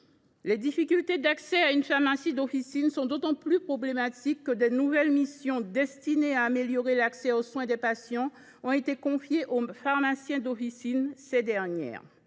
Les difficultés d’accès aux pharmacies sont d’autant plus problématiques que de nouvelles missions, destinées à améliorer l’accès aux soins des patients, ont été confiées aux pharmaciens d’officine au cours des dernières